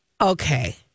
Okay